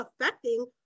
affecting